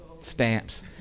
stamps